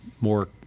more –